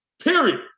Period